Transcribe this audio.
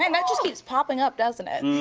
um that just keeps poppin' up, doesn't it? and